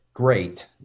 great